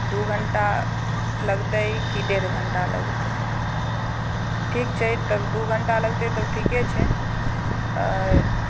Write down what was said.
दू घण्टा लगतै कि डेढ़ घण्टा लगतै ठीक छै तब दू घण्टा लगतै तब ठीके छै